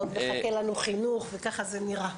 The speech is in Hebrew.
ועוד מחכה לנו ועדת חינוך וכך זה נראה.